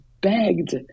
begged